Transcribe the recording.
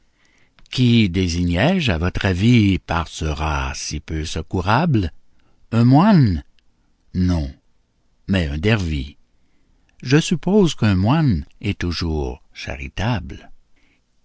qui désigné-je à votre avis par ce rat si peu secourable un moine non mais un dervis je suppose qu'un moine est toujours charitable